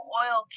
oil